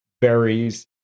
berries